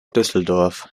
düsseldorf